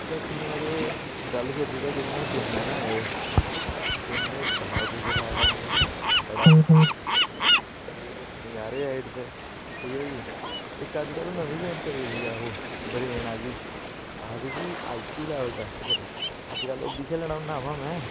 दस्सियां केह् गल्ल छड्डी ओड़ो जेह्ड़ियां गेमां न एह् गेमें बड़ा कुछ सखाया सानूं बड़ा खेलने होन्ने असें एह्दे च नजारे आई ओड़दे ठीक ऐ जी इक अज्जकल ओह् नमीं गेम चली दी ऐ ओह् ब्रेन आह्ली आखदे जी आई क्यू लेवल टेस्ट करो अज्जकल ओह् बी खेलना होन्ना में